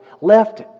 Left